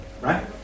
right